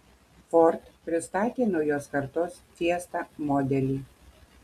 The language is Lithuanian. ford pristatė naujos kartos fiesta modelį